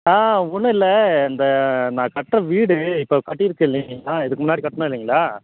ஆ ஒன்றுல்ல இந்த நான் கட்டுற வீடு இப்போ கட்டியிருக்கேன் இல்லைங்களா இதுக்கு முன்னாடி கட்டினேன் இல்லைங்களா